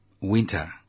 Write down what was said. winter